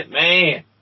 man